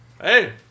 Hey